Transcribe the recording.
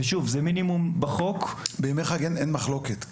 זה מינימום בחוק --- בימי חג אין מחלוקת,